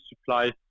supply